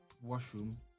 washroom